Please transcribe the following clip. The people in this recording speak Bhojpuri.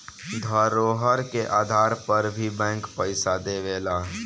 धरोहर के आधार पर भी बैंक पइसा देवेला